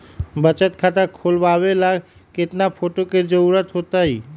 बचत खाता खोलबाबे ला केतना फोटो के जरूरत होतई?